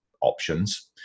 options